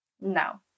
no